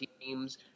teams